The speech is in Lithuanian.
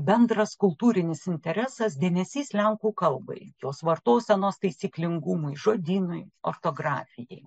bendras kultūrinis interesas dėmesys lenkų kalbai jos vartosenos taisyklingumui žodynui ortografijai